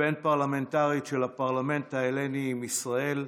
הבין-פרלמנטרית של הפרלמנט ההלני עם ישראל,